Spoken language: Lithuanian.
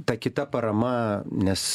ta kita parama nes